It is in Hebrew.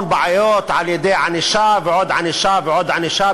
הבעיות על-ידי ענישה ועוד ענישה ועוד ענישה,